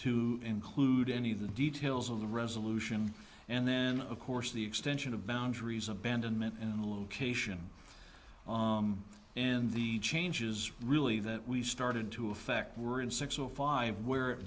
to include any of the details of the resolution and then of course the extension of boundaries abandonment and location and the changes really that we started to affect were in six zero five where